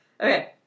Okay